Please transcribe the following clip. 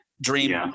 dream